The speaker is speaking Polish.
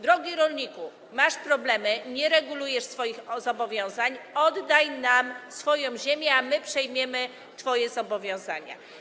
Drogi rolniku, masz problemy, nie regulujesz swoich zobowiązań, to oddaj nam swoją ziemię, a my przejmiemy twoje zobowiązania.